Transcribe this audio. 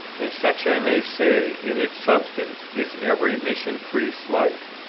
and such, i may say, in its substance, is every mission-priest's life.